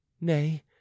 Nay